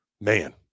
man